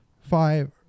five